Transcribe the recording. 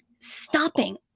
Stopping